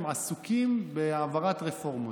הם עסוקים בהעברת רפורמות.